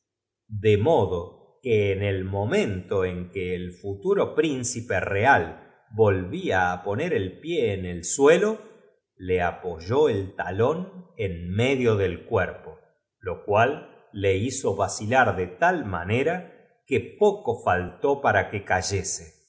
de modo que en el momento en que el futuro prfnci pe real vol via á poner el pie en el suelo le apoyó el talón en medio del cuerpo lo cual le hizo vacila r de tal manera que poco falló para que cayese